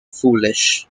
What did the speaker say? foolish